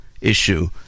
issue